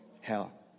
hell